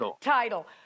title